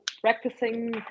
practicing